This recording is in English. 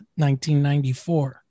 1994